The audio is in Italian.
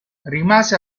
rimase